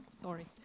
Sorry